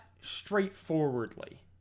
straightforwardly